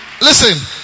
Listen